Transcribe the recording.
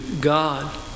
God